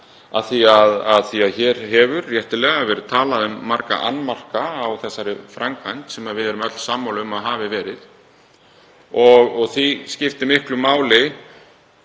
af því að hér hefur réttilega verið talað um marga annmarka á þessari framkvæmd, sem við erum öll sammála um að hafi verið. Því skiptir miklu máli